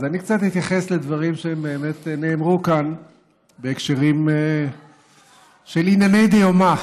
אז אני אתייחס קצת לדברים שבאמת נאמרו כאן בהקשרים של ענייני דיומא.